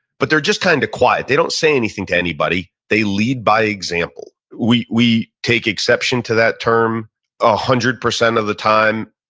but they're just kind of quiet. they don't say anything to anybody, they lead by example. we we take exception to that term one ah hundred percent of the time.